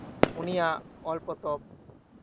ᱩᱱᱤᱭᱟᱜ ᱚᱞ ᱯᱚᱛᱚᱵ